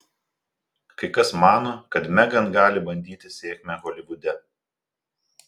kai kas mano kad megan gali bandyti sėkmę holivude